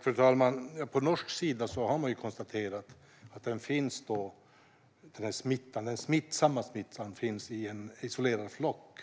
Fru talman! På norsk sida har man konstaterat att smittan finns hos en isolerad flock